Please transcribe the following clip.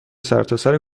سرتاسر